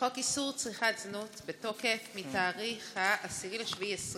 חוק איסור צריכת זנות בתוקף מתאריך 10 ביולי 2020